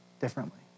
differently